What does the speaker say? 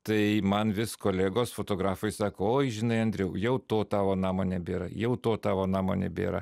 tai man vis kolegos fotografai sako oi žinai andriau jau to tavo namo nebėra jau to tavo namo nebėra